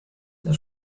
der